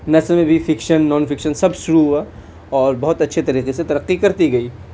نثر میں بھی فکشن نان فکشن سب شروع ہوا اور بہت اچھے طریقے سے ترقی کرتی گئی